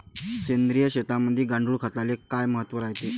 सेंद्रिय शेतीमंदी गांडूळखताले काय महत्त्व रायते?